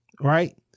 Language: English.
Right